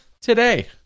today